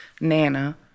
nana